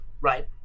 right